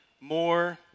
more